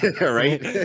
right